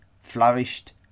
flourished